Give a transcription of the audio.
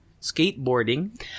skateboarding